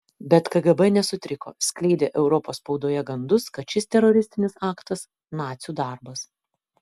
bet kgb nesutriko skleidė europos spaudoje gandus kad šis teroristinis aktas nacių darbas